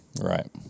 Right